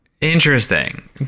Interesting